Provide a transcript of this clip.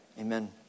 amen